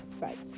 right